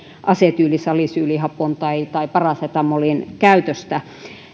asetyylisalisyylihapon tai tai parasetamolin käytöstä